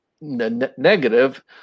negative